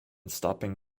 stopping